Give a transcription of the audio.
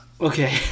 okay